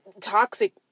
toxic